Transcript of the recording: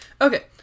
Okay